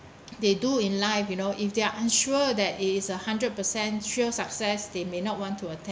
they do in life you know if they are unsure that is a hundred percent sure success they may not want to attend